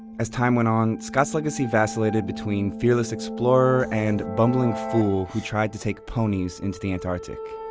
as time went on, scott's legacy vacillated between fearless explorer and bumbling fool who tried to take ponies into the antarctic.